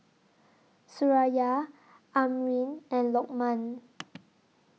Suraya Amrin and Lokman